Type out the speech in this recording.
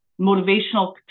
motivational